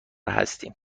هستیم